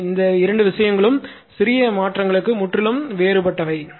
எனவே இந்த இரண்டு விஷயங்களும் சிறிய மாற்றங்களுக்கு முற்றிலும் வேறுபட்டவை